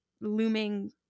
looming